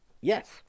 Yes